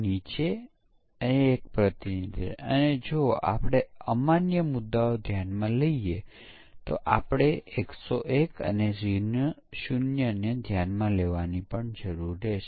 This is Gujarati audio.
સિસ્ટમ પરીક્ષણ દ્વારા કયા પ્રકારના ભૂલો શોધી કાઢવામાં આવશે